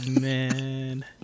man